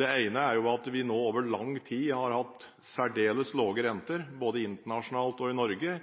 Det ene er at vi nå over lang tid har hatt særdeles lave renter, både internasjonalt og i Norge,